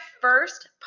first